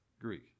Greek